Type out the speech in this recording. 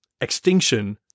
Extinction